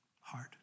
heart